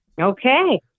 Okay